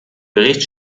bericht